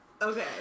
okay